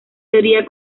teoría